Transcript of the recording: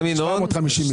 750 מיליון.